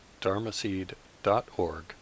dharmaseed.org